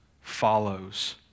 follows